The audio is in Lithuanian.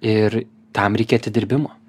ir tam reikia atidirbimo